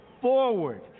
forward